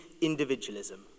individualism